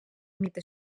mite